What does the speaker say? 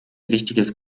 wichtiges